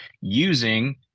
using